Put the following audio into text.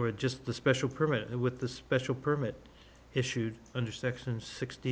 or just the special permit with the special permit issued under section sixty